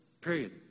period